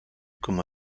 comme